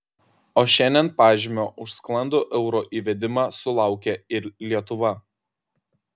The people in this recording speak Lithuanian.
o šiandien pažymio už sklandų euro įvedimą sulaukė ir lietuva